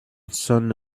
sonne